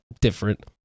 different